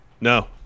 No